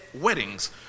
weddings